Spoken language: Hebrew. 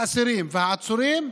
האסירים והעצורים,